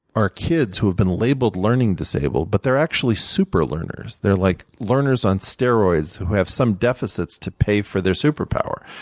are kids who have been labeled learning disabled, but they're actually super learners. they're like learners on steroids who have some deficits to pay for their superpower.